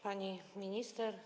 Pani Minister!